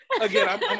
again